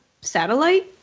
satellite